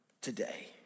today